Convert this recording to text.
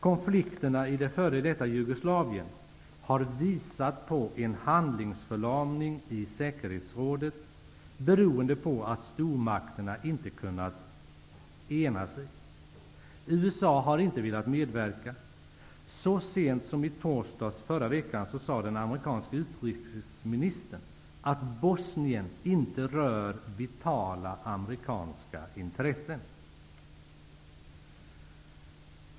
Konflikterna i det f.d. Jugoslavien har visat på en handlingsförlamning i säkerhetsrådet, beroende på att stormakterna inte kunnat ena sig. USA har inte velat medverka. Så sent som i torsdags sade den amerikanske utrikesministern att Bosnien inte rör vitala amerikanska intressen.